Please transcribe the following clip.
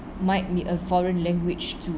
might be a foreign language to